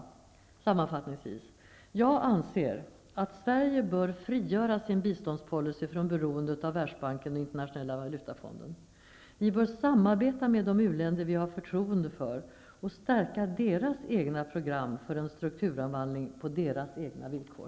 Jag anser sammanfattningsvis att Sverige bör frigöra sin biståndspolicy från beroende av Världsbanken och Internationella valutafonden. Vi bör samarbeta med de u-länder som vi har förtroende för och stärka deras egna program för en strukturomvandling på deras egna villkor.